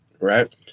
Right